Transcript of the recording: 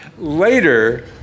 Later